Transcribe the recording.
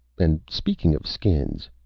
and speaking of skins.